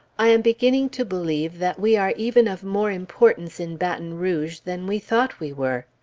i am beginning to believe that we are even of more importance in baton rouge than we thought we were.